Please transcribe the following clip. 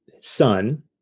son